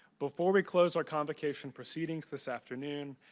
before we close our convocation proceedings this afternoon,